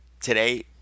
today